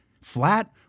flat